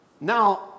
Now